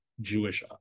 Jewish